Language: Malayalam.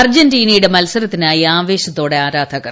അർജന്റീനയുടെ മത്സരത്തിനായി ആവേശത്തോടെ ആരാധകർ